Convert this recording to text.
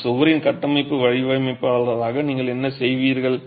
அந்த சுவரின் கட்டமைப்பு வடிவமைப்பாளராக நீங்கள் என்ன செய்வீர்கள்